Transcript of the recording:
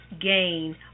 gain